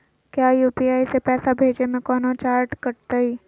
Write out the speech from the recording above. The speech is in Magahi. का यू.पी.आई से पैसा भेजे में कौनो चार्ज कटतई?